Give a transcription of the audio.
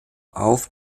auf